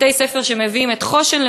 בתי-ספר שמביאים את "חושן",